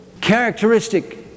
Characteristic